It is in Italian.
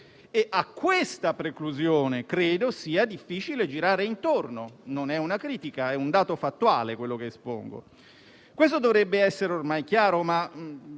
A tale preclusione credo sia difficile girare intorno. Non è una critica, ma un dato fattuale, quello che espongo. Questo dovrebbe essere ormai chiaro ma